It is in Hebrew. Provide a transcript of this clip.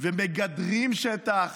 ומגדרים שטח.